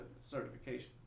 certification